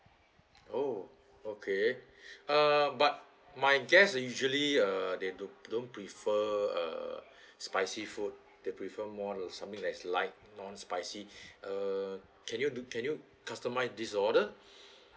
oh okay uh but my guest usually uh they don~ don't prefer err spicy food they prefer more like something is light non spicy uh can you do can you customise this order